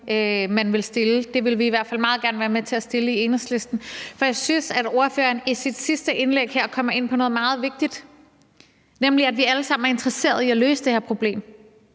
man vil stille. Det vil vi i hvert fald meget gerne være med til at stille i Enhedslisten. For jeg synes, at ordføreren i sit sidste indlæg her kommer ind på noget meget vigtigt, nemlig at vi alle sammen er interesserede i at løse det her problem.